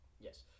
Yes